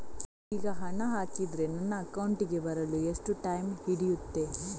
ಈಗ ಹಣ ಹಾಕಿದ್ರೆ ನನ್ನ ಅಕೌಂಟಿಗೆ ಬರಲು ಎಷ್ಟು ಟೈಮ್ ಹಿಡಿಯುತ್ತೆ?